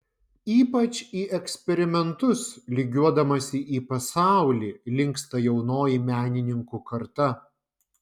ypač į eksperimentus lygiuodamasi į pasaulį linksta jaunoji menininkų karta